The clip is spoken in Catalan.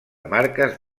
marques